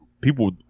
people